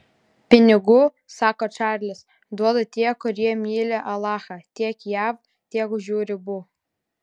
pinigų sako čarlis duoda tie kurie myli alachą tiek jav tiek už jų ribų